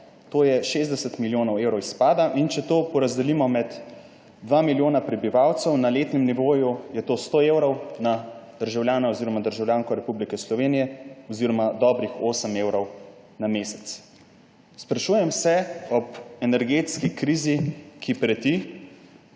to je 60 milijonov evrov izpada. In če to porazdelimo med 2 milijona prebivalcev, je na letnem nivoju to 100 evrov na državljana oziroma državljanko Republike Slovenije oziroma dobrih osem evrov na mesec. Sprašujem se ob energetski krizi, ki preti,